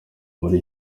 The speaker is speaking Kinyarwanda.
muri